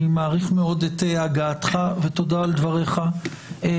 אני מעריך מאוד את הגעתך, ותודה על דבריך החשובים.